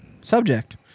subject